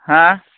ꯍꯥ